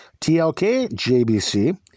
TLKJBC